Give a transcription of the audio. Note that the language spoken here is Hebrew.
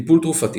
טיפול תרופתי